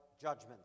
judgments